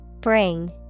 Bring